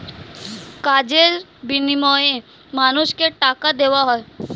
কাজের বিনিময়ে মানুষকে টাকা দেওয়া হয়